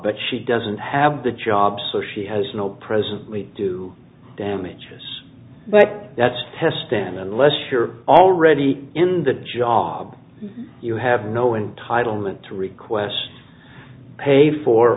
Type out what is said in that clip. but she doesn't have the job so she has no present we do damages but that's test unless you're already in the job you have no entitle meant to request pay for